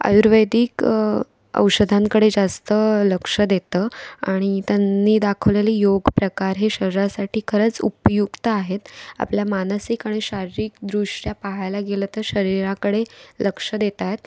आयुर्वेदिक औषधांकडे जास्त लक्ष देतं आणि त्यांनी दाखवलेले योग प्रकार हे शरीरासाठी खरंच उपयुक्त आहेत आपल्या मानसिक आणि शारीरिक दृष्ट्या पाहायला गेलं तर शरीराकडे लक्ष देत आहेत